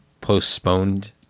postponed